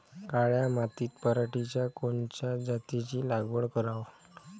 काळ्या मातीत पराटीच्या कोनच्या जातीची लागवड कराव?